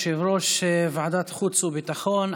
יושב-ראש ועדת חוץ וביטחון.